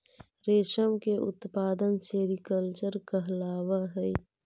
रेशम के उत्पादन सेरीकल्चर कहलावऽ हइ